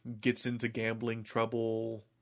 gets-into-gambling-trouble